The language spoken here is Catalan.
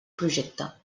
projecte